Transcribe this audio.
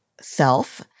self